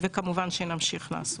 וכמובן שנמשיך לעשות.